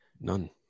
None